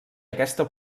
aquesta